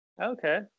Okay